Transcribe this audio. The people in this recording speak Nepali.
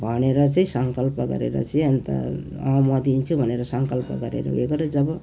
भनेर चाहिँ सङ्कल्प गरेर चाहिँ अन्त अँ म दिन्छु भनेर सङ्कल्प गरेर उयो गऱ्यो जब